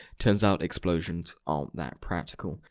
turns out explosions aren't that practical.